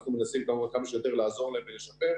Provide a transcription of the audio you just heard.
אנחנו מנסים כמה שיותר לעזור להם ולשפר.